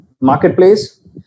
marketplace